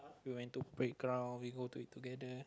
we went to playground we go to eat together